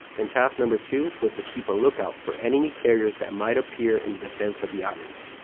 and task number two was to keep a lookout for enemy carriers that might appear in the defense of the islands.